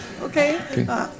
Okay